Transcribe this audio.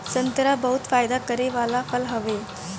संतरा बहुते फायदा करे वाला फल हवे